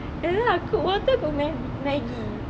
ya lah cook water cook Maggi